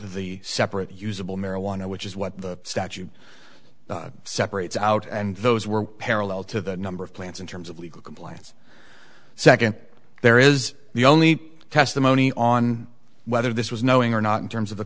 the separate usable marijuana which is what the statute separates out and those were parallel to the number of plants in terms of legal compliance second there is the only testimony on whether this was knowing or not in terms of the